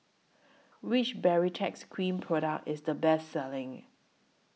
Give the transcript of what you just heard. Which Baritex Cream Product IS The Best Selling